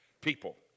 people